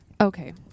Okay